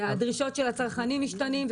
הדרישות של הצרכנים משתנים,